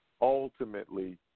Ultimately